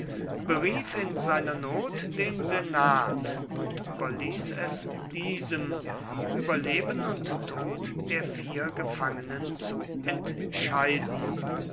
berief in seiner not den senat und überließ es diesem über leben und tod der vier gefangenen zu entscheiden